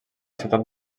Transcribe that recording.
ciutat